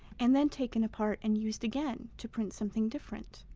and then taken apart and used again to print something different.